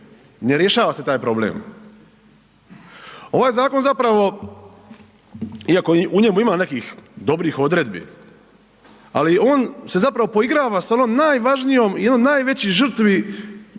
ne rješava se taj problem. Ovaj zakon zapravo, iako u njemu ima nekih dobrih odredbi, ali on se zapravo poigrava sa onom najvažnijom, i onom od najvećih žrtvi